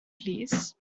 plîs